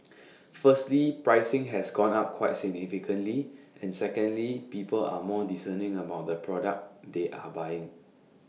firstly pricing has gone up quite significantly and secondly people are more discerning about the product they are buying